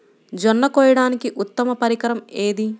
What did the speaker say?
జొన్న కోయడానికి ఉత్తమ పరికరం ఏది?